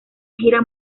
gira